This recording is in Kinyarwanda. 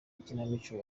ikinamico